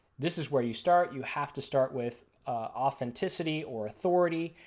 this is where you start. you have to start with authenticity or authority,